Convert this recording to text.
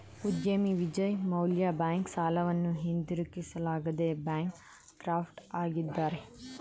ಉದ್ಯಮಿ ವಿಜಯ್ ಮಲ್ಯ ಬ್ಯಾಂಕ್ ಸಾಲವನ್ನು ಹಿಂದಿರುಗಿಸಲಾಗದೆ ಬ್ಯಾಂಕ್ ಕ್ರಾಫ್ಟ್ ಆಗಿದ್ದಾರೆ